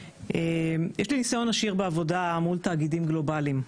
יש לי ניסיון עשיר בעבודה מול תאגידים גלובליים,